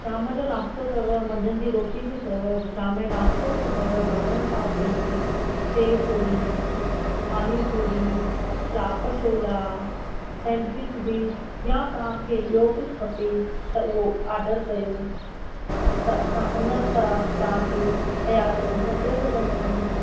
शाम जो नाश्तो अथव मंझंदि जी रोटी बि अथव शाम जे नाश्ते में अथव बटर पापड़ी सेव पुरी पानी पुरी चाप छोला सेंडविच बि या तव्हांखे ॿियो कुझु खपे त उहो ऑडर कयो त असां उनसां तव्हां खे तयारु करे मोकिले सघंदा आहियूं